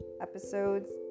Episodes